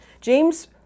James